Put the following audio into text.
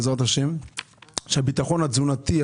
מבטיחים בעזרת השם שהביטחון התזונתי,